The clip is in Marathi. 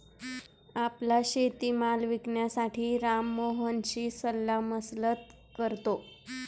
आपला शेतीमाल विकण्यासाठी राम मोहनशी सल्लामसलत करतो